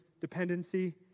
dependency